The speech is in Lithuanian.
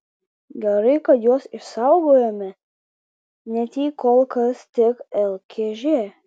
gerai kad juos išsaugojome net jei kol kas tik lkž